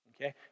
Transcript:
Okay